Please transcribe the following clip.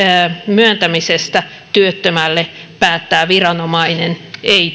myöntämisestä työttömälle päättää viranomainen ei